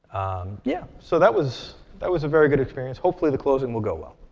yeah so that was that was a very good experience. hopefully the closing will go well.